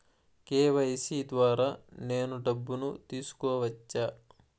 KYC ద్వారా నేను డబ్బును తీసుకోవచ్చా?